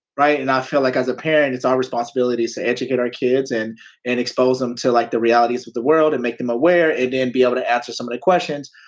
right? and i feel like as a parent, it's our responsibility to educate our kids and and expose them to like the realities of the world and make them aware and then be able to answer some of their questions.